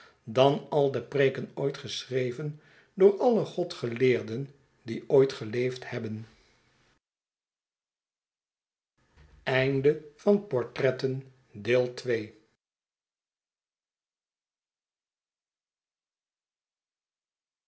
dan al de preeken ooit geschreven door alle godgeleerden die ooit geleefd hebben